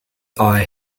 eye